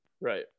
Right